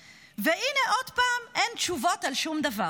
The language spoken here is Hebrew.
והינה, עוד פעם אין תשובות על שום דבר.